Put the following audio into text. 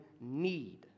need